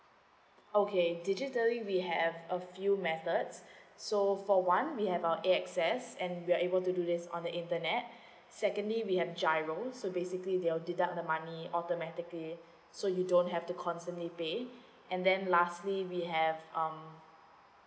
okay digitally we have a few methods so for one we have our A_X_S and we are able to do this on the internet secondly we have giro so basically they will deduct the money automatically so you don't have to constantly pay and then lastly we have um